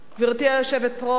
גברתי היושבת-ראש,